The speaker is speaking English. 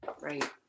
Right